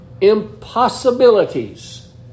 impossibilities